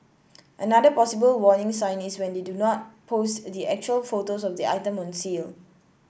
another possible warning sign is when they do not post the actual photos of the item on sale